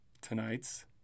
tonight's